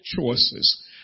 choices